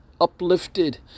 uplifted